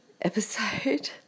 episode